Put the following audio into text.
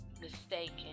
mistaken